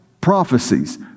prophecies